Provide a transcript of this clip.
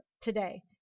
today